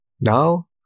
Now